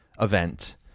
event